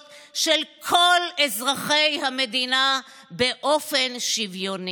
של כל אזרחי המדינה באופן שוויוני.